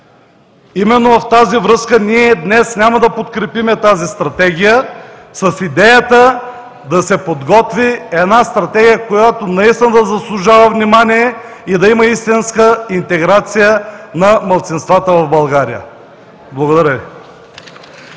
Именно в тази връзка, ние днес няма да подкрепим тази Стратегия с идеята да се подготви една стратегия, която наистина да заслужава внимание и да има истинска интеграция на малцинствата в България. Благодаря Ви.